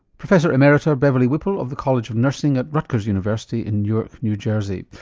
professor emerita beverly whipple, of the college of nursing at rutgers university in newark, new jersey.